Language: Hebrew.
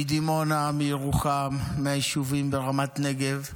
מדימונה, מירוחם, מהיישובים ברמת נגב,